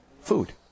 food